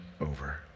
over